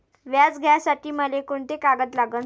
व्याज घ्यासाठी मले कोंते कागद लागन?